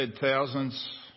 thousands